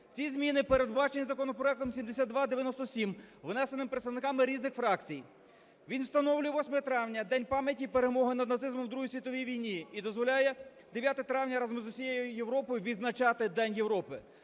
Ці зміни передбачені законопроектом 7297 внесеним представниками різних фракцій. Він встановлює 8 травня День пам'яті перемоги над нацизмом в Другій світовій війні і дозволяє 9 травня разом з усією Європою відзначати День Європи.